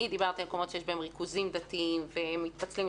אני דיברתי על מקומות שיש בהם ריכוזים דתיים והם מתפצלים,